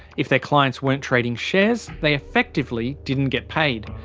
if their clients weren't trading shares, they effectively didn't get paid.